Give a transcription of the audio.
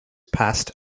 past